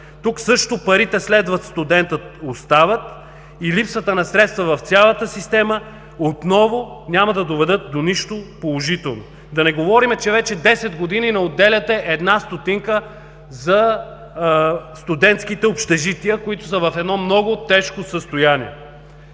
Тук също „Парите следват студента“ остава и липсата на средства в цялата система отново няма да доведе до нищо положително. Да не говорим, че вече 10 години не отделяте една стотинка за студентските общежития, които са в много тежко състояние.